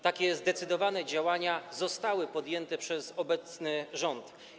Takie zdecydowane działania zostały podjęte przez obecny rząd.